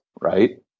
right